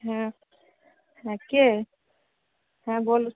হ্যাঁ হ্যাঁ কে হ্যাঁ বলো